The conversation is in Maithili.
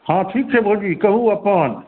हॅं ठीक छै भौजी कहू अपन